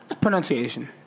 pronunciation